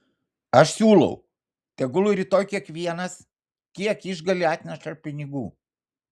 aš siūlau tegul rytoj kiekvienas kiek išgali atneša pinigų